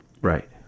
Right